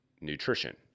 nutrition